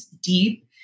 deep